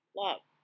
love